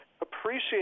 appreciate